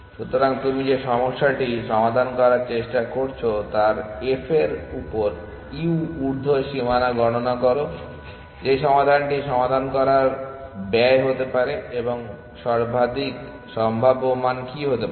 সুতরাং তুমি যে সমস্যাটি সমাধান করার চেষ্টা করছো তার f এর উপর U ঊর্ধ্ব সীমানা গণনা করো যে সমাধানটি সমাধান করার ব্যয় হতে পারে এমন সর্বাধিক সম্ভাব্য মান কী হতে পারে